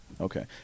Okay